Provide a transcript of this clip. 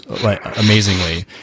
amazingly